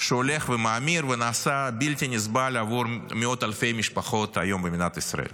שהולך ומאמיר ונעשה בלתי נסבל עבור מאות אלפי משפחות היום במדינת ישראל.